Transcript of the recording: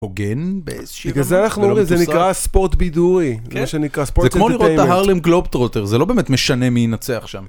הוגן באיזה ... -בגלל זה אנחנו אומרים, זה נקרא ספורט בידורי, זה נקרא ספורט אנטרטיימנט -זה כמו לראות את ההרלם גלובטרוטרז, זה לא באמת משנה מי ינצח שם.